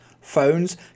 phones